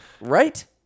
Right